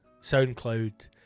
SoundCloud